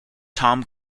tom